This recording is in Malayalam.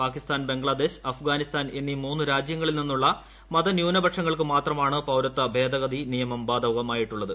പാകിസ്ഥാൻ ബംഗ്ലാദേശ് അഫ്ഗാനിസ്ഥാൻ എന്നീ മൂന്ന് രാജ്യങ്ങളിൽ നിന്നുള്ള മതന്യൂനപക്ഷങ്ങൾക്ക് മാത്രമാണ് പൌരത്വ ഭേദഗതി നിയമം ബാധകമായിട്ടുള്ളത്